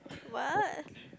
what